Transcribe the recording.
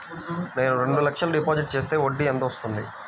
నేను రెండు లక్షల డిపాజిట్ చేస్తే వడ్డీ ఎంత వస్తుంది?